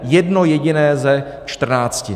Jedno jediné ze čtrnácti!